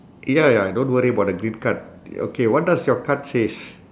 ya ya don't worry about the green card okay what does your card says